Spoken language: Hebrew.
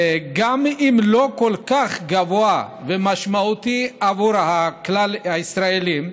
גם אם הוא לא כל כך גבוה ומשמעותי בעבור כלל הישראלים,